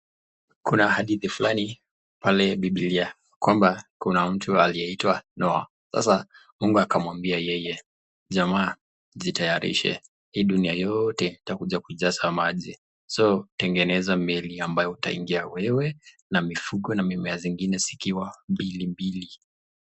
Kuna hadithi fulani pale bibilia kwamba kuna mtu aliyeitwa Noah, sasa Mungu akamwambia yeye jamaa jitayarishe hii dunia yote itakuja kujaza maji so tengeneza meli ambayo utaingia wewe na mifugo na mimea zingine zikiwa mbilili.